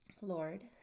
Lord